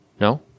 No